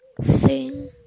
sing